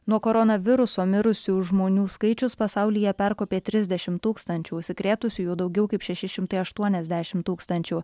nuo koronaviruso mirusių žmonių skaičius pasaulyje perkopė trisdešimt tūkstančių užsikrėtusiųjų daugiau kaip šeši šimtai aštuoniasdešimt tūkstančių